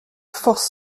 force